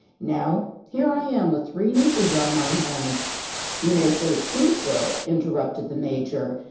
now, here i am with three nieces on my hands you may say two, sir, interrupted the major.